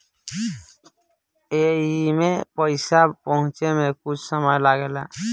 एईमे पईसा पहुचे मे कुछ समय लागेला